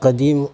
قدیم